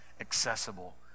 accessible